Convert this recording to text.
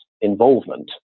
involvement